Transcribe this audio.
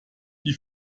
die